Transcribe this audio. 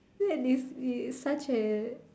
that is is such a